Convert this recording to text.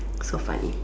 so funny